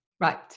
Right